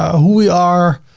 who we are,